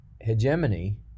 hegemony